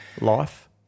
Life